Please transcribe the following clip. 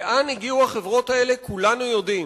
לאן הגיעו החברות האלה כולנו יודעים.